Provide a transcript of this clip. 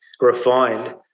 refined